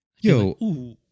Yo